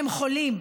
הם חולים.